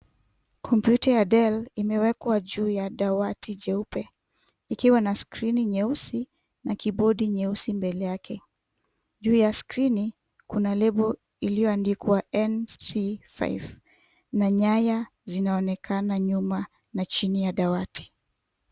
Kompyuta ya Dell imewekwa juu ya dawati jeupe, ikiwa na skrini nyeusi na kibodi nyeusi mbele yake. Juu ya skrini, kuna lebi iliyoandikwa NC5, na nyaya zinaonekana nyuma na chini ya dawati.